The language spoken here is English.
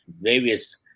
various